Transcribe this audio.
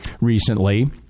recently